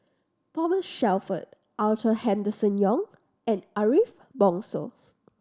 Thomas Shelford Arthur Henderson Young and Ariff Bongso